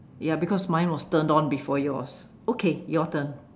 ya because mine was turned on before yours okay your turn